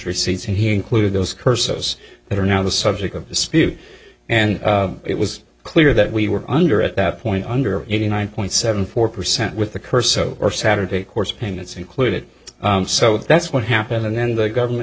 receipts and he included those cursors that are now the subject of dispute and it was clear that we were under at that point under eighty nine point seven four percent with the cursor or saturday course payments included so that's what happened and then the government